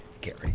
Gary